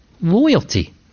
loyalty